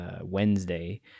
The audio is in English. Wednesday